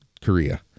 Korea